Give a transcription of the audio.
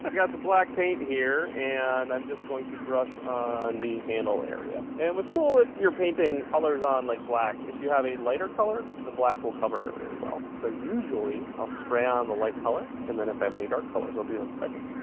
but got some black paint here and i'm just going to brush on the handle area and what's cool if you're painting colors on like black, if you have a lighter color, the black will cover it really well. so usually i'll spray on the light color and then if i have any dark colors i'll do them second.